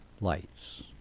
lights